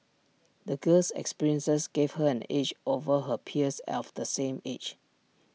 the girl's experiences gave her an edge over her peers of the same age